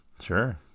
Sure